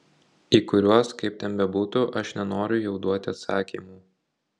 į kuriuos kaip ten bebūtų aš nenoriu jau duoti atsakymų